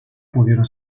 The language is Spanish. pudieron